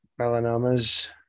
Melanoma's